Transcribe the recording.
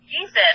Jesus